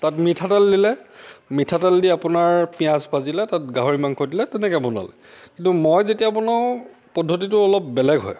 তাত মিঠাতেল দিলে মিঠাতেল দি আপোনাৰ পিঁয়াজ ভাজিলে তাত গাহৰি মাংস দিলে তেনেকৈয়ে বনালে কিন্তু মই যেতিয়া বনাওঁ পদ্ধতিটো অলপ বেলেগ হয়